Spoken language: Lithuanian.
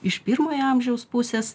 iš pirmojo amžiaus pusės